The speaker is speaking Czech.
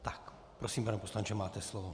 Tak prosím, pane poslanče, máte slovo.